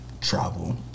travel